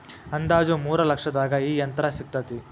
ಅಂದಾಜ ಮೂರ ಲಕ್ಷದಾಗ ಈ ಯಂತ್ರ ಸಿಗತತಿ